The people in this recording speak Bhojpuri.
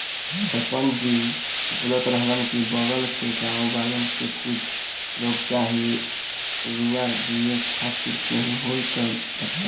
सरपंच जी बोलत रहलन की बगल के गाँव वालन के कुछ लोग चाही रुआ बिने खातिर केहू होइ त बतईह